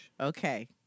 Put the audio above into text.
okay